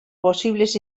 possibles